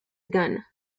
ghana